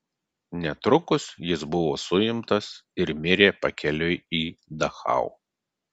netrukus jis buvo suimtas ir mirė pakeliui į dachau